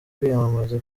kwiyamamaza